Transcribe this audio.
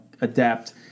adapt